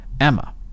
Emma